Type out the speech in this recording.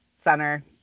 center